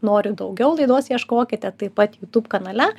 noriu daugiau laidos ieškokite taip pat youtube kanale